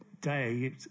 day